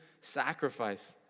sacrifice